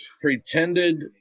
pretended